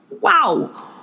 Wow